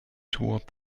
toward